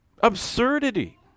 absurdity